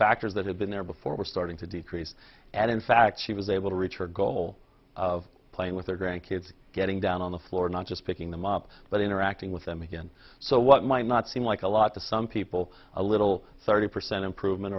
factors that had been there before were starting to decrease and in fact she was able to reach her goal of playing with their grandkids getting down on the floor not just picking them up but interacting with them again so what might not seem like a lot to some people a little thirty percent improvement